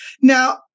Now